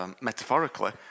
Metaphorically